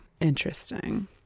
interesting